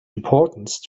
importance